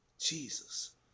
Jesus